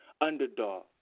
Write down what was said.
underdog